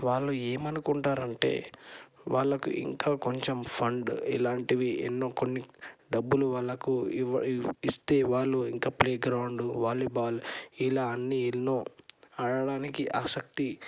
వాళ్ళు ఏమనుకుంటారంటే వాళ్ళకు ఇంకా కొంచెం ఫండ్ ఇలాంటివి ఎన్నో కొన్ని డబ్బులు వాళ్ళకు ఇస్తే వాళ్ళు ఇంకా ప్లే గ్రౌండు వాలీబాల్ ఇలా అన్ని ఎన్నో ఆడటానికి ఆసక్తి